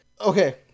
Okay